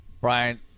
Brian